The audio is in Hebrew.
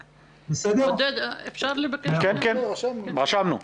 כן, רשמנו.